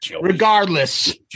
Regardless